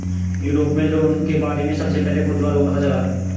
Europe में loan के बारे में सबसे पहले पुर्तगाल को पता चला